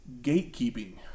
Gatekeeping